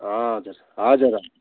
हजुर हजुर